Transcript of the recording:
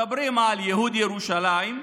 מדברים על ייהוד ירושלים,